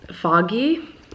foggy